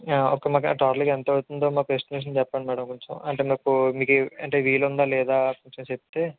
ఒక్క మాకు టోటలుగా ఎంతవుతుందో మాకు ఎస్టిమేషన్ చెప్పండి మేడం కొంచెం అంటే నాకు మీకు అంటే వీలుందా లేదా కొంచెం చెప్తే